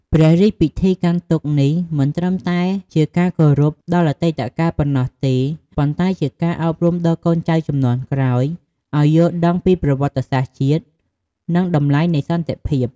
ព្រះរាជពិធីកាន់ទុក្ខនេះមិនមែនត្រឹមតែជាការគោរពដល់អតីតកាលប៉ុណ្ណោះទេ ប៉ុន្តែជាការអប់រំដល់កូនចៅជំនាន់ក្រោយឱ្យយល់ដឹងពីប្រវត្តិសាស្ត្រជាតិ និងតម្លៃនៃសន្តិភាព។